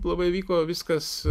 labai vyko viskas